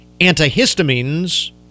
antihistamines